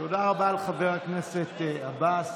לא חסר לנו שתדאג לנו.